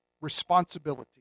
responsibility